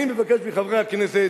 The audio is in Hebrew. אני מבקש מחברי הכנסת,